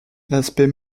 l’aspect